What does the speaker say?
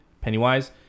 Pennywise